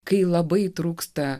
kai labai trūksta